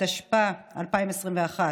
התשפ"א 2021,